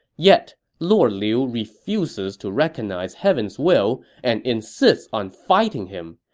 yet lord liu refuses to recognize heaven's will and insists on fighting him.